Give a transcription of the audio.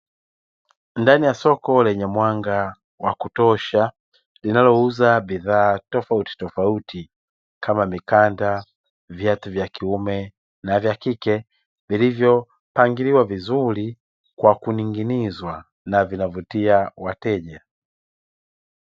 Ndani ya soko lenye mwanga wa kutosha linalouza bidhaa tofautitofauti kama: mikanda, viatu vya kiume na vya kike vilivyopangiliwa vizuri kwa kuning'inizwa na vinavutia wateja.